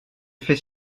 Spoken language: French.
fait